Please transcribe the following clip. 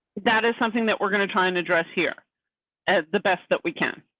that is something that we're going to try and address here as the best that we can.